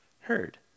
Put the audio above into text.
heard